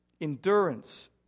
Endurance